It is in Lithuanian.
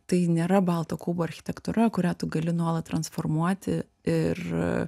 tai nėra balto kubo architektūra kurią tu gali nuolat transformuoti ir